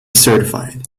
certified